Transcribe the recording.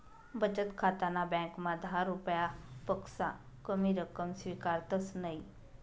बचत खाताना ब्यांकमा दहा रुपयापक्सा कमी रक्कम स्वीकारतंस नयी